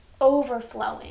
overflowing